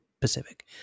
Pacific